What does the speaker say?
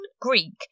Greek